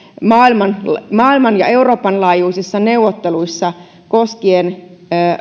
maailman maailman ja euroopan laajuisissa neuvotteluissa koskien